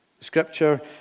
Scripture